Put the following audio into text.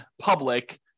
public